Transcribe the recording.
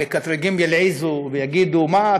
המקטרגים ילעיזו ויגידו: מה,